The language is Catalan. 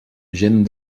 gent